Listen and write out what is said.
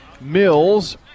Mills